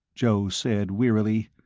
joe said wearily.